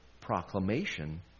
proclamation